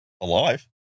alive